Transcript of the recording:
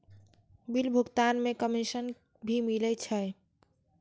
Bill भुगतान में commission भी मिले छै?